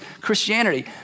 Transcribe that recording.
Christianity